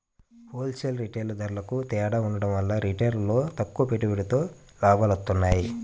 whole sale, retail ధరలకూ తేడా ఉండటం వల్ల రిటైల్లో తక్కువ పెట్టుబడితో లాభాలొత్తన్నాయి